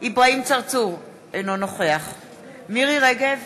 אברהים צרצור, אינו נוכח מירי רגב,